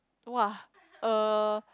!wah! uh